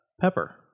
pepper